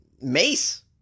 mace